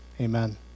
amen